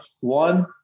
one